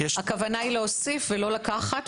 הכוונה היא להוסיף ולא לקחת,